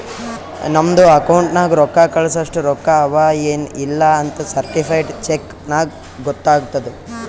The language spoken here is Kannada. ನಮ್ದು ಅಕೌಂಟ್ ನಾಗ್ ರೊಕ್ಕಾ ಕಳ್ಸಸ್ಟ ರೊಕ್ಕಾ ಅವಾ ಎನ್ ಇಲ್ಲಾ ಅಂತ್ ಸರ್ಟಿಫೈಡ್ ಚೆಕ್ ನಾಗ್ ಗೊತ್ತಾತುದ್